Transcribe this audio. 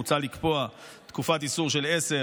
מוצע לקבוע תקופת איסור של עשר